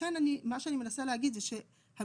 לכן מה שאני מנסה להגיד זה שמספר